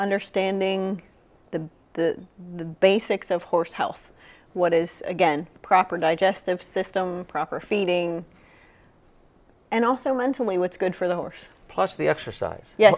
understanding the the basics of horse health what is again proper digestive system proper feeding and also mentally what's good for the horse plus the exercise ye